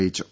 അറിയിച്ചു